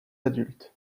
adultes